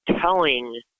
telling